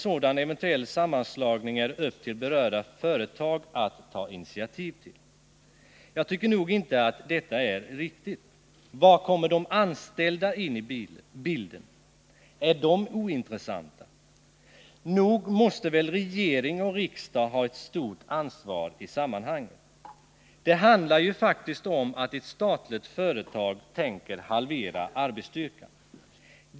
sådan eventuell sammanslagning är upp till berörda företag Jag tycker nog inte att detta är riktigt. Var kommer de an Är de ointressanta? Nog måste väl regering och riksdag ha ett stort ansvar i sammanhanget. Det handlar ju faktiskt om att ett statligt företag tänker halvera arbetsstyrkan.